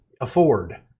afford